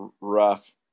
rough